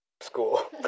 school